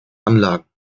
anlagen